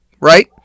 Right